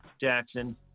Jackson